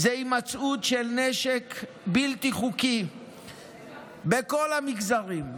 זה הימצאות של נשק בלתי חוקי בכל המגזרים,